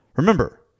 Remember